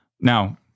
Now